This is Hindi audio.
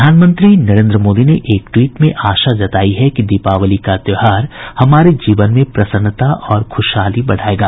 प्रधानमंत्री नरेन्द्र मोदी ने एक ट्वीट में आशा जताई है की कि दीपावली का त्यौहार हमारे जीवन में प्रसन्नता और खुशहाली बढ़ाएगा